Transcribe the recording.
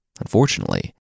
Unfortunately